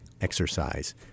exercise